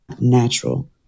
natural